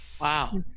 wow